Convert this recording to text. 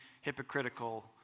hypocritical